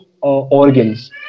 organs